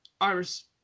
iris